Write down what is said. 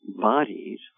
bodies